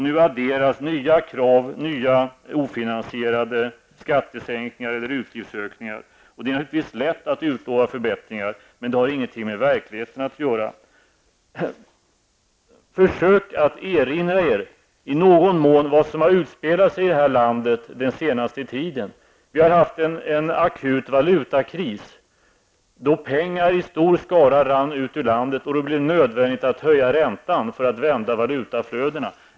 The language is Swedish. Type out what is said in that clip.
Nu adderas nya krav och nya ofinansierade skattesänkningar eller utgiftsökningar. Det är naturligtvis lätt att utlova förbättringar, men det har ingenting med verkligheten att göra. Försök att i någon mån erinra er vad som har utspelats i det här landet under den senaste tiden. Vi har haft en akut valutakris, då pengar i stor skala rann ut ur landet och det blev nödvändigt att höja räntan för att vända valutaflödena.